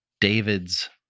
David's